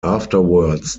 afterwards